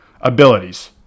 abilities